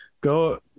Go